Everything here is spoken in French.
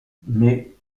mais